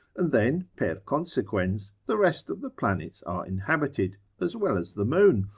and then per consequens, the rest of the planets are inhabited, as well as the moon,